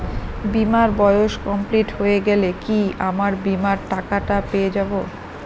বীমার বয়স কমপ্লিট হয়ে গেলে কি আমার বীমার টাকা টা পেয়ে যাবো?